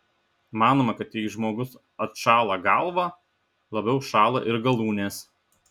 manoma kad jei žmogus atšąla galvą labiau šąla ir galūnės